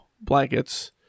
blankets